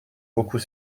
beaucoup